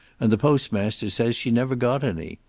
and the postmaster says she never got any.